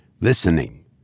listening